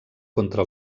contra